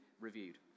reviewed